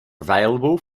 available